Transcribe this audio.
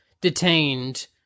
detained